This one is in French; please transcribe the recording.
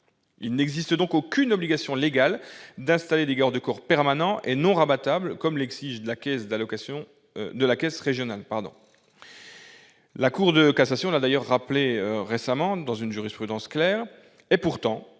Il n'existe donc aucune obligation légale d'installer des garde-corps permanents et non rabattables, comme l'exige la caisse régionale. La Cour de cassation l'a d'ailleurs rappelé récemment dans une jurisprudence claire. Pourtant,